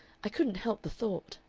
i couldn't help the thought.